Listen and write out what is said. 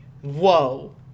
Whoa